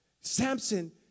Samson